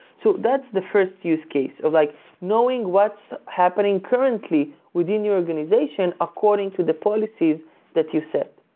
so that's the first use case of like knowing what's happening currently within your organization according to the policies that you set.